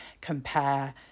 compare